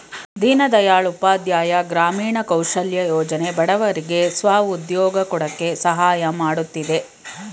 ದೀನ್ ದಯಾಳ್ ಉಪಾಧ್ಯಾಯ ಗ್ರಾಮೀಣ ಕೌಶಲ್ಯ ಯೋಜನೆ ಬಡವರಿಗೆ ಸ್ವ ಉದ್ಯೋಗ ಕೊಡಕೆ ಸಹಾಯ ಮಾಡುತ್ತಿದೆ